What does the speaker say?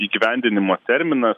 įgyvendinimo terminas